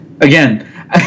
Again